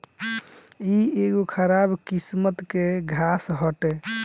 इ एगो खराब किस्म के घास हटे